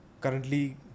currently